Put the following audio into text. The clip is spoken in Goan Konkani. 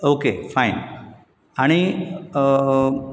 ओके फाय आनी